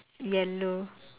yellow